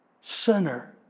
sinner